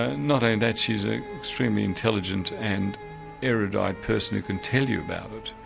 ah not only that she's an extremely intelligent and erudite person who can tell you about it.